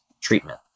treatment